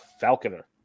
Falconer